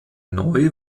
neue